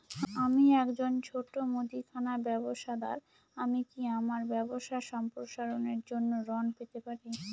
আমি একজন ছোট মুদিখানা ব্যবসাদার আমি কি আমার ব্যবসা সম্প্রসারণের জন্য ঋণ পেতে পারি?